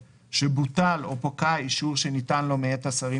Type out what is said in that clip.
שבוטל או שפקע אישור שניתן לו מאת השרים